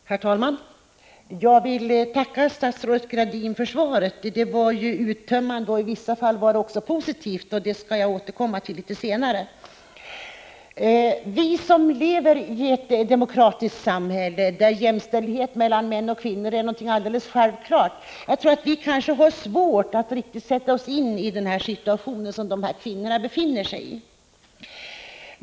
Herr talman! Jag vill tacka statsrådet Gradin för svaret. Det var uttömmande och i vissa avseenden också positivt. Det senare skall jag återkomma till. Vi som lever i ett demokratiskt samhälle där jämställdhet mellan män och kvinnor är någonting alldeles självklart har kanske svårt att riktigt sätta oss in i den situation som de här kvinnorna befinner sig i.